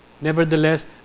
nevertheless